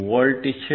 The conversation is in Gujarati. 20V છે